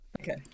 Okay